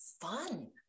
fun